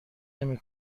نمی